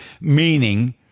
meaning